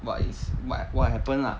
what is what what happen lah